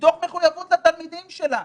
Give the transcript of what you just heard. מתוך מחויבות לתלמידים שלה,